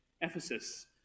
Ephesus